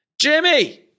Jimmy